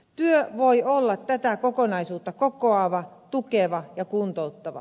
työ voi olla tätä kokonaisuutta kokoava tukeva ja kuntouttava